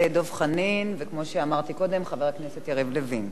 כמו שאמרתי קודם, חבר הכנסת יריב לוין, הבעת עמדה.